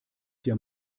dir